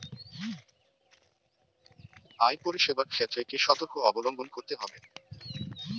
UPI পরিসেবার ক্ষেত্রে কি সতর্কতা অবলম্বন করতে হবে?